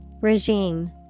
Regime